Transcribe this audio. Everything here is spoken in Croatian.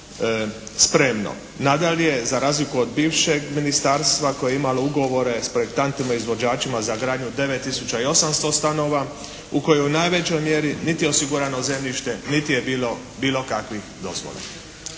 spremno. Nadalje, za razliku od bivšeg ministarstva koje je imalo ugovore sa projektantima i izvođačima za gradnju 9800 stanova u kojoj u najvećoj mjeri niti je osigurano zemljište niti je bilo bilo kakvih dozvola.